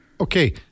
Okay